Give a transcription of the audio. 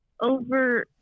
over